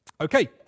Okay